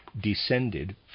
descended